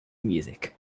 music